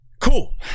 cool